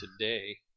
today